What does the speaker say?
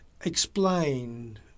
explain